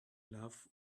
love